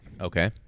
okay